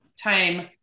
time